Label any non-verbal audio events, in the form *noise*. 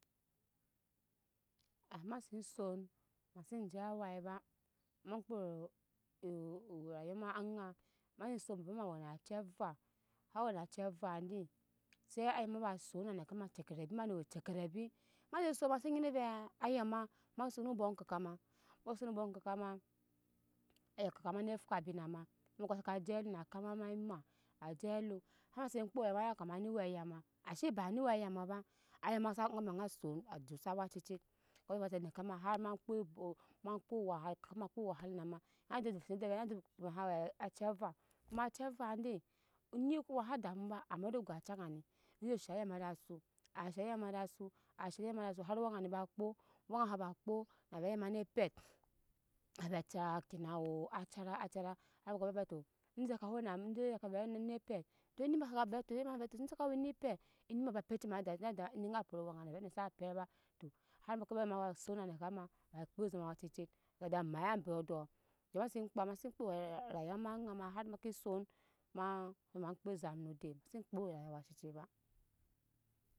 Ma se son mase je awai ba ma kpo ora ra orayuwa ma aŋa ma se son baba ma wena acɛ ve a wena ace ve di se aya ma ba son a neke ma cɛ kere mane we cɛ kere bi mase son base nyide ve a ya mama set eme obɔk kaka ma ma set eme obɔk kaka ma aya kaka ma nyi fwabi na ma meko saje alum na kama ma ema aje alum mase kpo owayu maya kama ni we ayama ashe ba ni we aya ma ba aya sa aya ma nyi son oju osak awa cɛcɛ aya ma ze nkema har ma ko mako kaka ma fwo wahala na ma *unintelligible* ada buwa ma sa we ace ve koma ace ve di eni koma sa damu ba amade ogacida ni nyi ze shaŋ aya da asu a shaŋ aya ma da su a shaŋ aaya ma da su hari owɛŋa ni ba kpo owɛŋa saba kpo ave aya mo ni pɛr ave achara kina wuu achara achara amɛko aveto ede saka ede sake ve ni pet to ni ma ya v eto soko ni pɛt eni ma ba pepci ma eda nada eni gyi pero oweŋa na gyi sa pɛt ba to har veke aya ma ba son na neka ma a kpɛ ezam awa cece na je mai ambɔ do to mase kpa kpa wa rayuwa ma aŋa ma har make son ma na ma kpɛ ezam nodɛ mase kpo rayuwa awa ce ce ba